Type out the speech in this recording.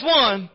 one